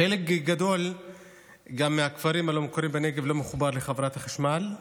חלק גדול מהכפרים הלא-מוכרים בנגב לא מחוברים לחברת החשמל,